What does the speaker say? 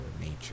nature